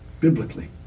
biblically